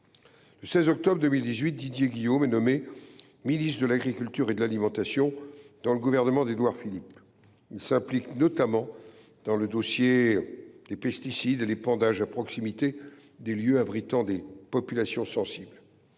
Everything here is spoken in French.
Le 16 octobre 2018, Didier Guillaume est nommé ministre de l’agriculture et de l’alimentation dans le gouvernement d’Édouard Philippe. Il s’implique notamment dans le dossier des pesticides et de l’épandage à proximité des lieux abritant des populations sensibles.